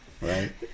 Right